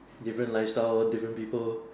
different lifestyle different people